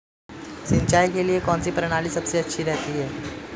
सिंचाई के लिए कौनसी प्रणाली सबसे अच्छी रहती है?